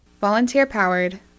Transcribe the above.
Volunteer-powered